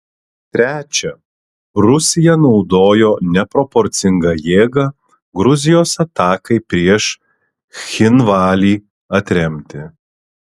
trečia rusija naudojo neproporcingą jėgą gruzijos atakai prieš cchinvalį atremti